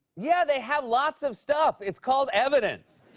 yeah, they have lots of stuff. it's called evidence.